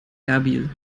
erbil